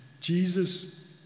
Jesus